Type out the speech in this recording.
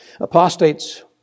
Apostates